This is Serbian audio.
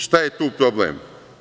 Šta je tu problem?